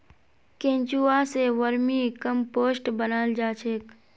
केंचुआ स vermicompost बनाल जा छेक